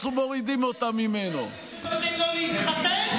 לא לחוקים שמחוקקים כאן,